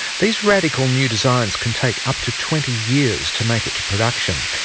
these radical new designs can take up to twenty years to make it to production,